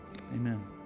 Amen